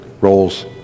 roles